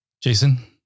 Jason